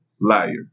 liar